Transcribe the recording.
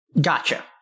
Gotcha